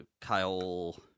Kyle